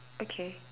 okay